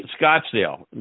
scottsdale